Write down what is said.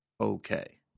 Okay